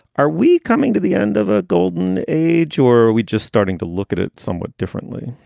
are we coming to the end of a golden age or are we just starting to look at it somewhat differently?